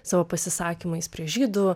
savo pasisakymais prieš žydų